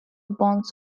bonds